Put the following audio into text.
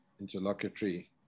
interlocutory